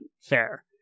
fair